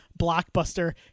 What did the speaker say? blockbuster